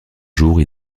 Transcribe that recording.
jours